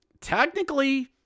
Technically